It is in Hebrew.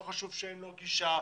לא חשוב שאין לו גישה,